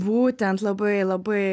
būtent labai labai